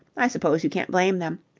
i suppose you can't blame them.